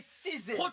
season